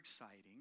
exciting